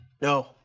no